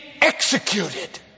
executed